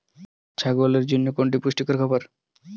ছাগলের জন্য কোনটি পুষ্টিকর খাবার?